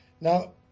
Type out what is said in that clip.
Now